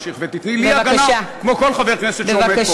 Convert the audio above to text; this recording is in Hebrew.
ותיתני לי הגנה כמו לכל חבר כנסת שעומד פה,